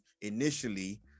initially